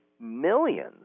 millions